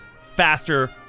faster